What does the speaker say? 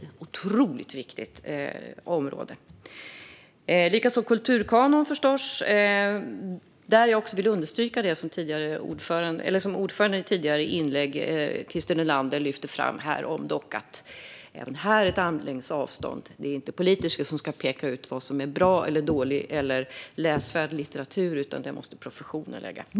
Det är ett otroligt viktigt område. Det gäller likaså kulturkanon, förstås. Där vill jag understryka det som ordföranden Christer Nylander lyfte fram i ett tidigare inlägg: att det även här ska vara en armlängds avstånd. Det är inte politiker som ska peka ut vad som är bra, dålig eller läsvärd litteratur, utan det måste professionen göra.